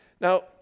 Now